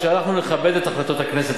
שאנחנו נכבד את החלטות הכנסת,